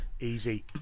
easy